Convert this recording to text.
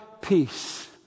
peace